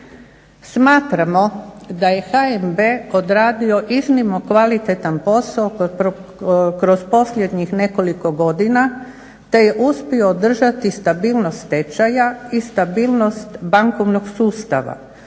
Smatramo da je HNB odradio iznimno kvalitetan posao kroz posljednjih nekoliko godina te je uspio održati stabilnost tečaja i stabilnost bankovnog sustava